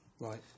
Right